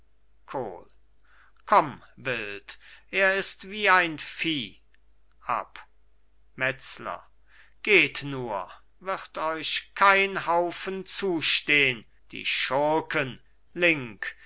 kohl komm wild er ist wie ein vieh ab metzler geht nur wird euch kein haufen zustehn die schurken link